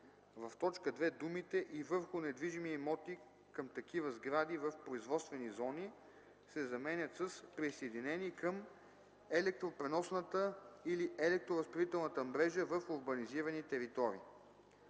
В т. 2 думите „и върху недвижими имоти към такива сгради в производствени зони” се заменят с „присъединени към електропреносната или електроразпределителната мрежа в урбанизирани територии”.